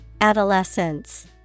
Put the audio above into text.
Adolescence